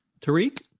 Tariq